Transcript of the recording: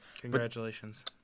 congratulations